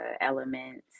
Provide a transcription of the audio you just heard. elements